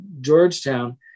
Georgetown